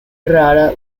rara